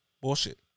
Bullshit